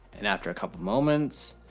and after a couple moments,